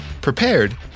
prepared